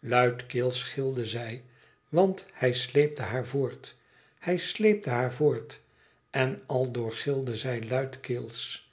luidkeels gilde zij want hij sleepte haar voort hij sleepte haar voort en altijd door gilde zij luidkeels